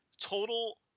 total